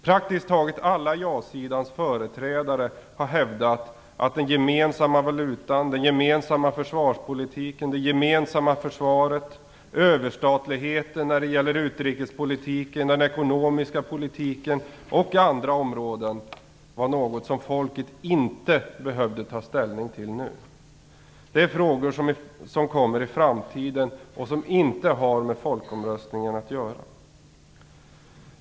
Praktiskt taget alla ja-sidans företrädare har hävdat att den gemensamma valutan, den gemensamma försvarspolitiken, det gemensamma försvaret och överstatligheten när det gäller utrikespolitiken, den ekonomiska politiken och andra områden var något som folket inte behövde ta ställning nu. Det är frågor som kommer i framtiden och som inte har med folkomröstningen att göra.